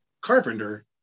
Carpenter